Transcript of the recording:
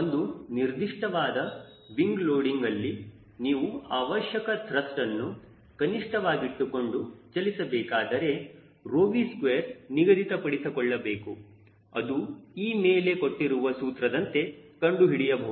ಒಂದು ನಿರ್ದಿಷ್ಟವಾದ ವಿಂಗ್ ಲೋಡಿಂಗ್ಅಲ್ಲಿ ನೀವು ಅವಶ್ಯಕ ತ್ರಸ್ಟ್ ನ್ನು ಕನಿಷ್ಠವಾಗಿಟ್ಟುಕೊಂಡು ಚಲಿಸಬೇಕಾದರೆ 𝜌𝑉2 ನಿಗದಿತಪಡಿಸಿಕೊಳ್ಳಬೇಕು ಅದು ಈ ಮೇಲೆ ಕೊಟ್ಟಿರುವ ಸೂತ್ರದಿಂದ ಕಂಡುಹಿಡಿಯಬಹುದು